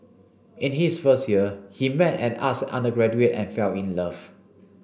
in his first year he met an arts undergraduate and fell in love